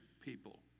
people